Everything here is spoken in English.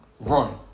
run